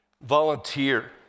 volunteer